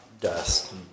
dust